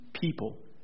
people